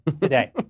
today